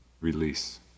release